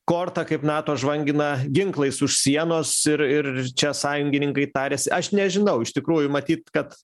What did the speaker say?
korta kaip nato žvangina ginklais už sienos ir ir čia sąjungininkai tariasi aš nežinau iš tikrųjų matyt kad